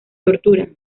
tortura